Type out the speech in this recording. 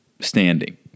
standing